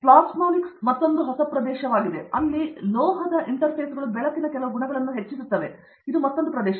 ಪ್ಲಾಸ್ಸ್ಮನಿಕ್ಸ್ ಮತ್ತೊಂದು ಹೊಸ ಪ್ರದೇಶವಾಗಿದೆ ಅಲ್ಲಿ ಲೋಹದ ಇಂಟರ್ಫೇಸ್ಗಳು ಬೆಳಕಿನ ಕೆಲವು ಗುಣಗಳನ್ನು ಹೆಚ್ಚಿಸುತ್ತದೆ ಅದು ಮತ್ತೊಂದು ಪ್ರದೇಶವಾಗಿದೆ